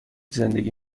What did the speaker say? زندگی